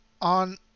on